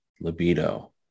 libido